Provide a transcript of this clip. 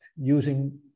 using